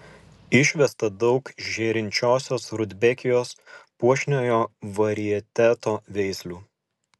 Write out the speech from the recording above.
išvesta daug žėrinčiosios rudbekijos puošniojo varieteto veislių